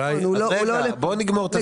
אז רגע, בואו נגמור את הסעיף.